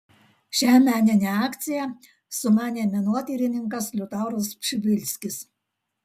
šią meninę akciją sumanė menotyrininkas liutauras pšibilskis